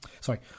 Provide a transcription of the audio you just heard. sorry